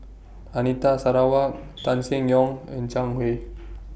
Anita Sarawak Tan Seng Yong and Zhang Hui